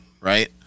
right